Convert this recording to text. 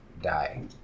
die